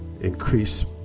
increase